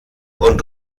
und